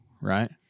right